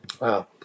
Wow